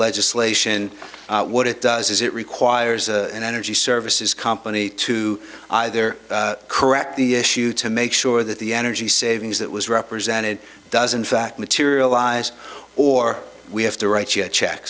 legislation what it does is it requires an energy services company to either correct the issue to make sure that the energy savings that was represented doesn't fact materialize or we have to write you a check